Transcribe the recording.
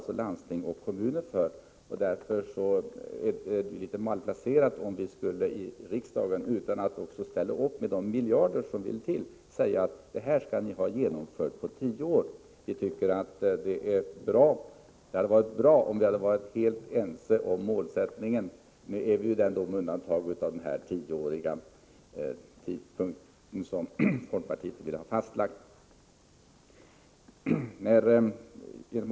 Det är ju landsting och kommuner som får stå för det mesta, och därför är det litet felaktigt om riksdagen bestämmer att det hela skall genomföras på tio år, om inte de nödvändiga miljarderna ställs till förfogande. Vi tycker att det hade varit bra, om vi hade varit helt eniga om målet. Nu är vi emellertid eniga bortsett från detta att folkpartiet vill att vi skall fastställa en tioårsgräns.